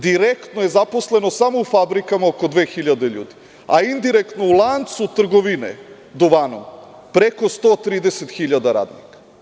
Direktno je zaposleno samo u fabrikama oko dve hiljade ljudi, a indirektno u lancu trgovine duvanom preko 130 hiljada radnika.